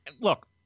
Look